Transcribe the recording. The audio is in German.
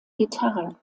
gitarre